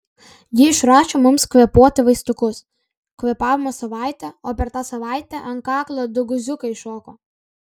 ji išrašė mums kvėpuoti vaistukus kvėpavome savaitę o per tą savaitę ant kaklo du guziukai iššoko